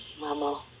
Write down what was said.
Mama